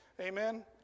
Amen